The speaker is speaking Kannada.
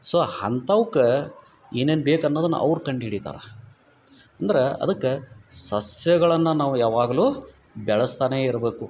ಸೊ ಅಂಥವುಕ ಏನೇನು ಬೇಕು ಅನ್ನೋದನ್ನ ಅವರು ಕಂಡು ಹಿಡಿತಾರ ಅಂದ್ರ ಅದಕ್ಕ ಸಸ್ಯಗಳನ್ನ ನಾವು ಯಾವಾಗಲೂ ಬೆಳೆಸ್ತಾನೇ ಇರಬೇಕು